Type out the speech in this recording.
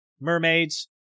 mermaids